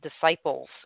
disciples